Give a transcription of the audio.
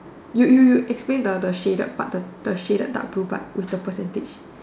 you you you explain the the shaded part the the shaded dark blue part with the percentage